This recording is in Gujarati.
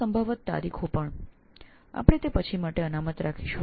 સંભવિત તારીખો પણ છે પરંતુ તેને આપણે ભવિષ્ય માટે અનામત રાખીશું